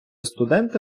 студенти